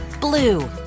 blue